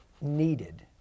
needed